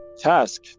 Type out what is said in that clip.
task